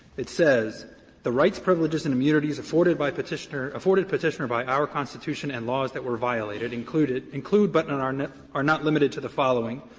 it says the rights, privileges and immunities afforded by petitioner afforded petitioner by our constitution and laws that were violated included include but and and are not limited to the following,